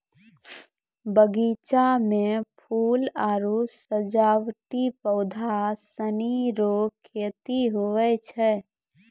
बगीचा मे फूल आरु सजावटी पौधा सनी रो खेती हुवै छै